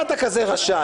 למה אתה כזה רשע?